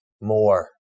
More